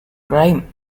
grime